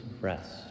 rest